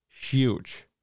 huge